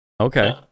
Okay